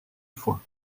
foin